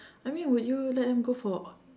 I mean would you let them go for